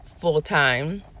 full-time